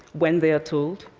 when they're told,